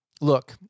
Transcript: Look